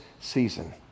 season